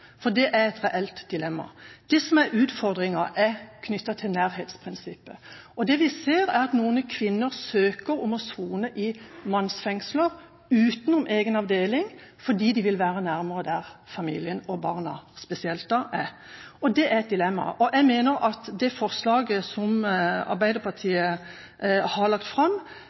for kvinner. Det er et reelt dilemma. Det som er utfordringa, er knyttet til nærhetsprinsippet. Det vi ser, er at noen kvinner søker om å sone i mannsfengsler utenom egen avdeling, fordi de vil være nærmere der familien og spesielt barna er. Det er et dilemma. Jeg mener at det forslaget som Arbeiderpartiet og Senterpartiet har lagt fram,